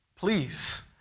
Please